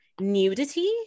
nudity